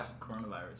coronavirus